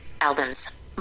Albums